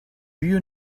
you